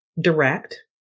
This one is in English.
Direct